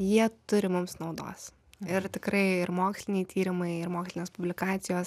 jie turi mums naudos ir tikrai ir moksliniai tyrimai ir mokslinės publikacijos